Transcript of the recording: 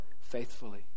faithfully